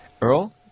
Earl